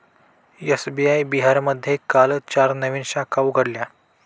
SBI बिहारमध्ये काल चार नवीन शाखा उघडल्या